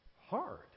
hard